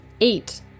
Eight